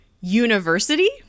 University